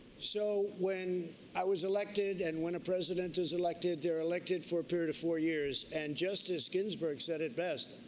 so when i was elected and when a president is elected, they're elected for a period of fours four years. and justice ginsburg said it best,